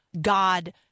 God